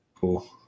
Cool